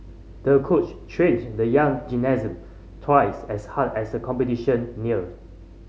the coach trained the young gymnast twice as hard as the competition neared